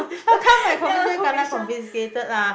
how come my commission kena confiscated lah